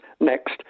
next